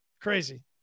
crazy